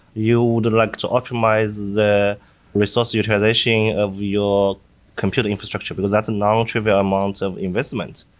you would like to automize the resource utilization of your computer infrastructure, because that's a nontrivial amount of investment.